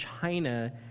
China